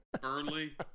burnley